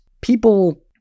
people